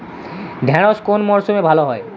ঢেঁড়শ কোন মরশুমে ভালো হয়?